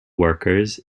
workers